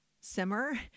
simmer